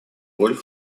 роль